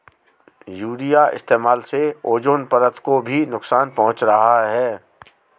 urea के इस्तेमाल से ओजोन परत को भी नुकसान पहुंच रहा है